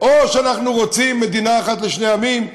או שאנחנו רוצים מדינה אחת לשני עמים,